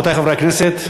רבותי חברי הכנסת,